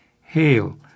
Hail